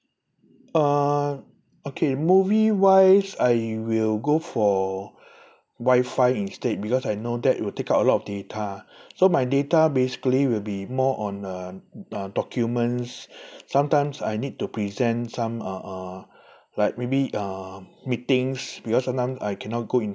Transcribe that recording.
uh okay movie wise I will go for wi-fi instead because I know that will take up a lot of data so my data basically will be more on uh uh documents sometimes I need to present some uh uh like maybe uh meetings because sometimes I cannot go in